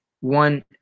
one